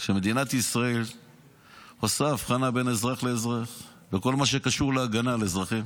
שמדינת ישראל עושה הבחנה בין אזרח לאזרח בכל מה שקשור להגנה על אזרחים.